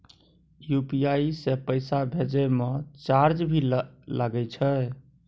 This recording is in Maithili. यु.पी.आई से पैसा भेजै म चार्ज भी लागे छै?